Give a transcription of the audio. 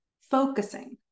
focusing